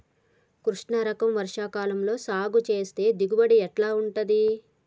కృష్ణ రకం వర్ష కాలం లో సాగు చేస్తే దిగుబడి ఎట్లా ఉంటది?